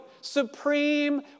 supreme